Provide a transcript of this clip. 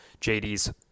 JD's